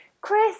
Chris